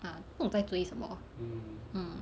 ah 不懂在追什么 mm